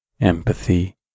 empathy